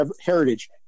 heritage